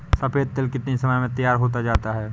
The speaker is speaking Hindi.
सफेद तिल कितनी समय में तैयार होता जाता है?